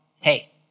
hey